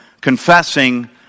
confessing